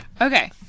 Okay